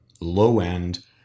low-end